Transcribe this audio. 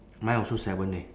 mine also seven eh